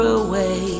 away